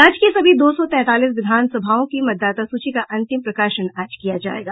राज्य के सभी दो सौ तैंतालीस विधानसभाओं की मतदाता सूची का अंतिम प्रकाशन आज किया जायेगा